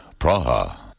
Praha